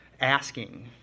asking